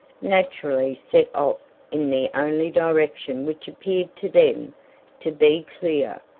naturally set off in the only direction which appeared to them to be clear,